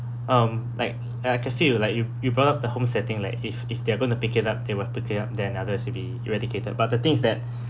um like ya I can feel like you you brought up the home setting like if if they're going to pick it up they will pick it up then otherwise it'd be eradicated but the thing is that